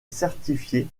certifié